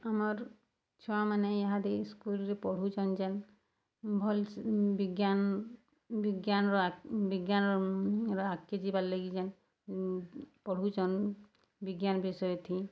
ଆମର୍ ଛୁଆମାନେ ଇହାଦେ ସ୍କୁଲ୍ରେ ପଢ଼ୁଚନ୍ ଯେନ୍ ଭଲ୍ ବିଜ୍ଞାନ୍ ବିଜ୍ଞାନ୍ର ବିଜ୍ଞାନ୍ର ଆଗ୍କେ ଯିବାର୍ ଲାଗି ଯେନ୍ ପଢ଼ୁଚନ୍ ବିଜ୍ଞାନ୍ ବିଷୟଥି